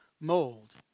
mold